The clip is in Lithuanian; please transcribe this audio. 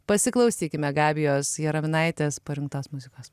pasiklausykime gabijos jaraminaitės parinktos muzikos